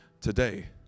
today